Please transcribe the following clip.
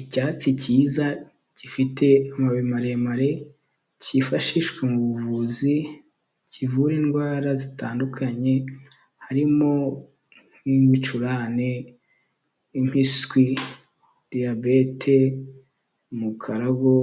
Icyatsi kiza gifite amababi maremare, kifashishwa mu buvuzi, kivura indwara zitandukanye harimo nk'ibicurane, impiswi, diyabete, mukarago